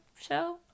show